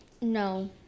no